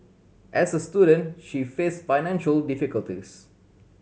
as a student she faced financial difficulties